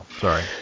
sorry